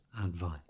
advice